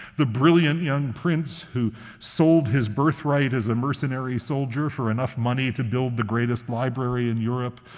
the brilliant young prince who sold his birthright as a mercenary soldier for enough money to build the greatest library in europe,